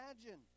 imagine